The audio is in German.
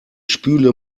spüle